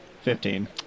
Fifteen